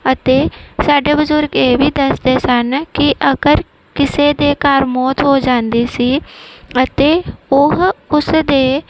ਅਤੇ ਸਾਡੇ ਬਜ਼ੁਰਗ ਇਹ ਵੀ ਦੱਸਦੇ ਸਨ ਕਿ ਅਗਰ ਕਿਸੇ ਦੇ ਘਰ ਮੌਤ ਹੋ ਜਾਂਦੀ ਸੀ ਅਤੇ ਉਹ ਉਸ ਦੇ